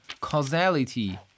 causality